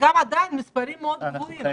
עדיין המספרים מאוד גבוהים.